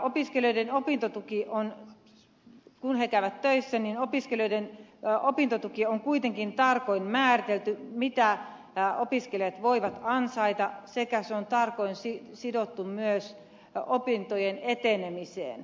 opiskelijoiden opintotuki on kun he käyvät töissä kuitenkin tarkoin määritelty mitä opiskelijat voivat ansaita ja se on tarkoin sidottu myös opintojen etenemiseen